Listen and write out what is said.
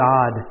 God